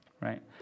right